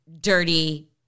dirty